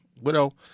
widow